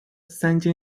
三尖杉